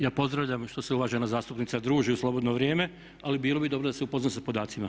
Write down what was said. Ja pozdravljam što se uvažena zastupnica druži u slobodno vrijeme, ali bilo bi dobro da se upozna sa podacima.